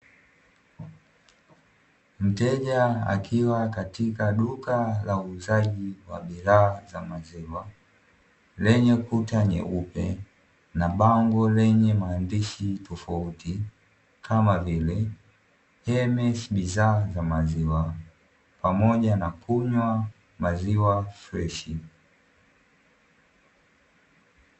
Mteja akiwa katika duka la uuzaji wa bidhaa za maziwa, lenye kuta nyeupe na bango lenye maandishi tofauti kama vile "chemist bidhaa za maziwa" pamoja na 'kunywa maziwa freshi".